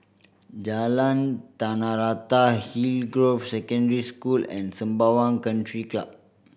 Jalan Tanah Rata Hillgroves Secondary School and Sembawang Country Club